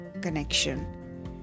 connection